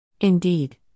Indeed